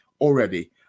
already